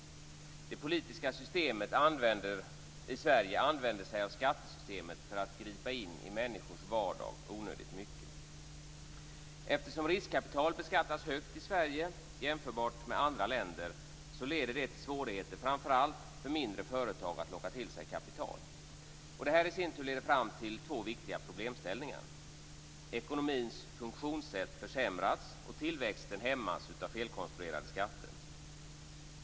Det politiska systemet i Sverige använder sig av skattesystemet för att gripa in i människors vardag onödigt mycket. Eftersom riskkapital beskattas högt i Sverige jämfört med andra länder, leder det till svårigheter framför allt för mindre företag att locka till sig kapital. Detta leder till två viktiga problemställningar. Ekonomins funktionssätt försämras, och tillväxten hämmas av felkonstruerade skatter.